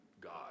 God